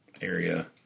area